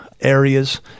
areas